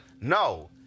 no